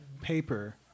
paper